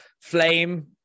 flame